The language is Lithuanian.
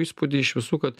įspūdį iš visų kad